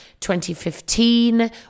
2015